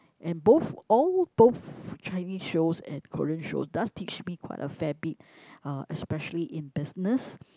and both all both Chinese shows and Korean shows does teach me quite a fair bit uh especially in business